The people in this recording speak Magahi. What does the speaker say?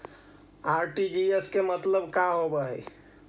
आर.टी.जी.एस के मतलब का होव हई?